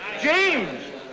James